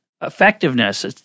Effectiveness